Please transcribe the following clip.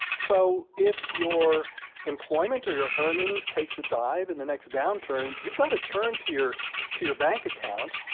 so if your employment or your earnings takes a dive in the next downturn, you've got to turn to your to your bank account.